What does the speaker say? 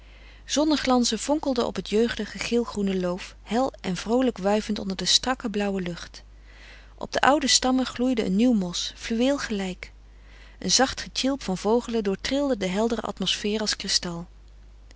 zonneglanzen vonkelden op het jeugdige geelgroene loof hel en vroolijk wuivend onder de strakke blauwe lucht op de oude stammen gloeide een nieuw mos fluweel gelijk een zacht getjilp van vogelen doortrilde de heldere atmosfeer als kristal